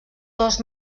dos